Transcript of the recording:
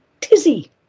tizzy